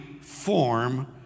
form